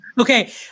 Okay